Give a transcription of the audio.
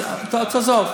אז תעזוב.